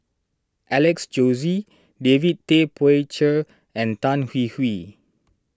Alex Josey David Tay Poey Cher and Tan Hwee Hwee